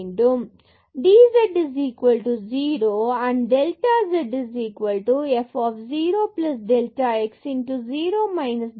dz 0 மற்றும் delta z f 0 delta x 0 delta y f